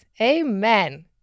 Amen